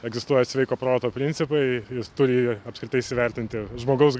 egzistuoja sveiko proto principai jis turi apskritai įsivertinti žmogaus